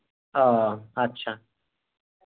ᱚ ᱟᱪᱪᱷᱟ